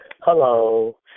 Hello